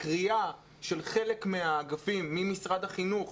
הקריעה של חלק מהאגפים ממשרד החינוך,